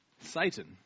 Satan